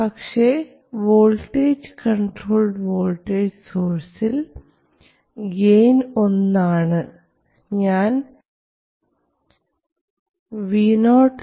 പക്ഷേ voltage controlled voltage സോഴ്സിൽ gain 1 ആണ്